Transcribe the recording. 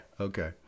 okay